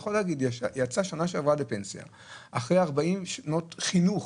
בשנה שעברה לפנסיה אחרי 40 שנות חינוך,